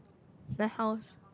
very house